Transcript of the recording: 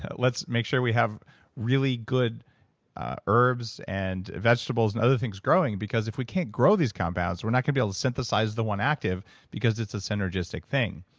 ah let's make sure we have really good ah herbs and vegetables and other things growing because if we can't grow these compounds, we're not going to be able to synthesize the one active because it's a synergistic thing.